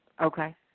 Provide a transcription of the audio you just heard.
Okay